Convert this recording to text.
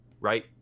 right